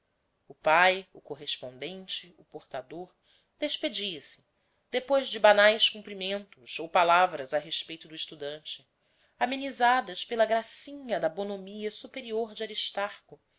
o pai o correspondente o portador despedia-se depois de banais cumprimentos ou palavras a respeito do estudante amenizadas pela gracinha da bonomia superior de aristarco